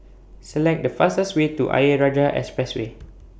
Select The fastest Way to Ayer Rajah Expressway